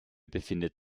befindet